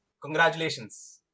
congratulations